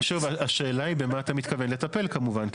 השאלה היא במה אתה מתכוון לטפל כמובן.